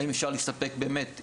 האם אפשר להסתפק באמת,